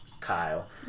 Kyle